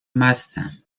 مستم